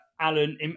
alan